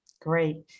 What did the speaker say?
Great